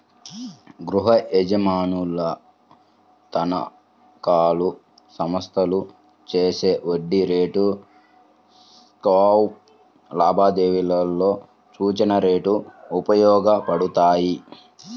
గృహయజమానుల తనఖాలు, సంస్థలు చేసే వడ్డీ రేటు స్వాప్ లావాదేవీలలో సూచన రేట్లు ఉపయోగపడతాయి